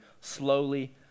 slowly